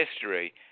history